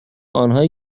آنهایی